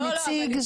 הוא נציג.